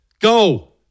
go